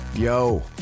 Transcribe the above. Yo